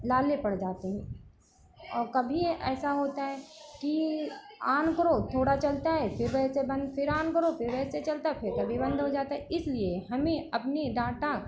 लाले पड़ जाते हैं और कभी ऐसा होता है कि आन करो थोड़ा चलता है फिर वैसे बंद फिर आन करो फिर वैसे चलता है फिर कभी बंद हो जाता है इसलिए हमें अपने डाटा